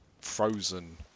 Frozen